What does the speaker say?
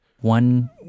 one